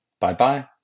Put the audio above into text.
Bye-bye